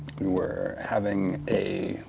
you were having a,